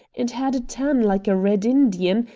and had a tan like a red indian,